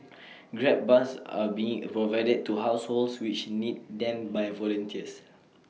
grab bars are being provided to households which need them by volunteers